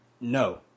No